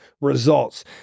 results